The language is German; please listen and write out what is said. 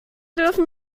dürfen